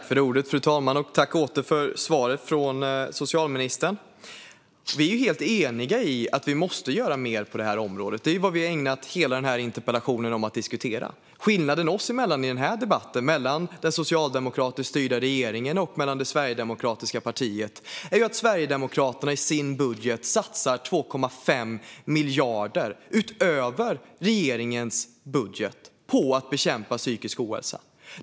Fru talman! Tack återigen för svaret från socialministern. Vi är helt eniga i att vi måste göra mer på området. Det är vad vi ägnat hela interpellationsdebatten åt att diskutera. Skillnaden oss emellan i den här debatten och mellan den socialdemokratiskt styrda regeringen och det sverigedemokratiska partiet är att Sverigedemokraterna i sin budget satsar 2,5 miljarder utöver regeringens budget på att bekämpa psykisk ohälsa.